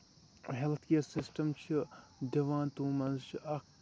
آ health care system چھُ دِوان تِمو منٛز چھُ اکھ